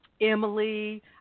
Emily